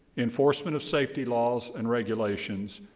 enforcement of safety laws and regulations,